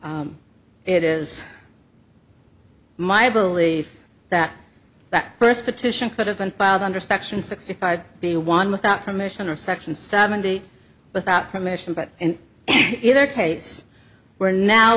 it is my belief that that first petition could have been filed under section sixty five be one without permission of section seventy without permission but in either case we're now